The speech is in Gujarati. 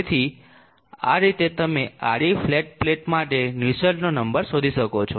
તેથી આ રીતે તમે આડી ફ્લેટ પ્લેટ માટે નુસ્સેલ્ટનો નંબર શોધી શકો છો